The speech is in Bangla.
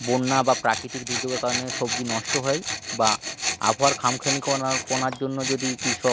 বন্যা বা প্রাকৃতিক দুর্যোগের কারণে সবজি নষ্ট হয় বা আবহাওয়ার খামখেয়ালিপনা পনার জন্য যদি কৃষক